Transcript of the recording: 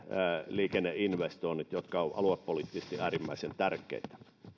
liikenneinvestoinnit jotka ovat aluepoliittisesti äärimmäisen tärkeitä